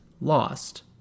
lost